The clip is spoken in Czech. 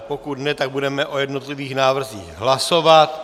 Pokud ne, tak budeme o jednotlivých návrzích hlasovat.